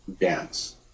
dance